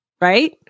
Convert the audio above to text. Right